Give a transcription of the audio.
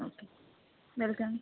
okay welcome